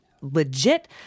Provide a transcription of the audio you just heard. legit